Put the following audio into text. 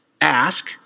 Ask